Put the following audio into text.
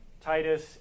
Titus